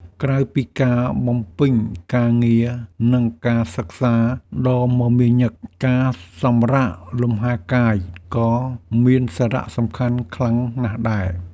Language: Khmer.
ក្រៅពីការបំពេញការងារនិងការសិក្សាដ៏មមាញឹកការសម្រាកលំហែកាយក៏មានសារៈសំខាន់ខ្លាំងណាស់ដែរ។